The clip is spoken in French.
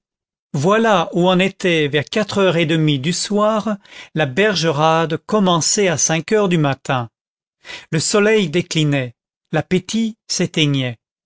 voilà où en était vers quatre heures et demie du soir la bergerade commencée à cinq heures du matin le soleil déclinait l'appétit s'éteignait